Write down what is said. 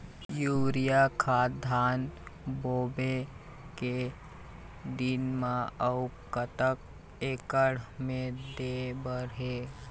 Urea खाद धान बोवे के दिन म अऊ कतक एकड़ मे दे बर हे?